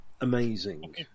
amazing